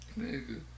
Nigga